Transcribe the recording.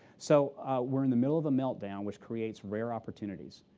so we're in the middle of a meltdown, which creates rare opportunities.